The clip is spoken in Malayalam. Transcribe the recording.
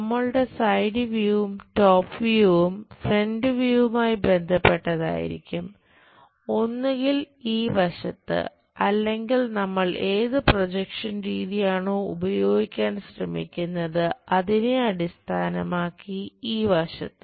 നമ്മളുടെ സൈഡ് വ്യൂവും രീതിയാണോ ഉപയോഗിക്കാൻ ശ്രമിക്കുന്നത് അതിനെ അടിസ്ഥാനമാക്കി ഈ വശത്ത്